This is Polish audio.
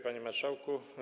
Panie Marszałku!